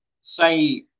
say